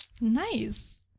Nice